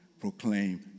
Proclaim